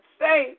say